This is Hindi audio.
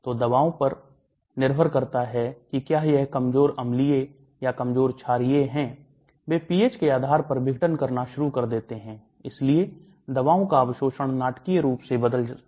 तो दवाओं पर निर्भर करता है कि क्या यह कमजोर अम्लीय या कमजोर छारीय है वे pH के आधार पर विघटन करना शुरू कर देते हैं इसलिए दवाओं का अवशोषण नाटकीय रूप से बदल सकता है